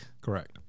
Correct